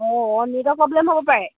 অঁঁ অঁ network problem হ'ব পাৰে